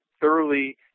thoroughly